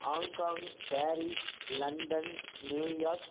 Hong Kong Paris London New York